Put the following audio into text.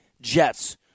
Jets